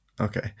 Okay